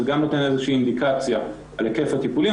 זה גם נותן אינדיקציה על היקף הטיפולים.